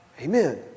amen